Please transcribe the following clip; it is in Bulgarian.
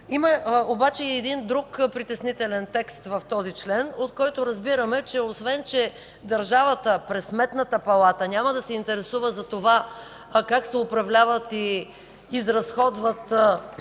Има обаче и друг притеснителен текст в този член, от който разбираме, че, освен че държавата през Сметната палата няма да се интересува за това как се управляват и изразходват